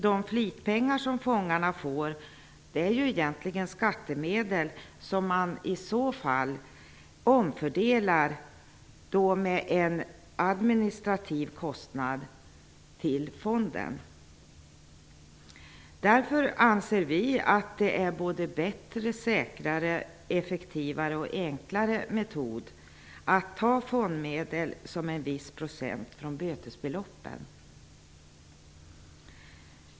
De flitpengar som fångarna får är egentligen skattemedel som man i så fall skulle få omfördela med en administrativ kostnad till fonden. Därför anser vi att det är en bättre, säkrare, effektivare och enklare metod att ta fondmedel motsvarande en viss procent från bötesbeloppet.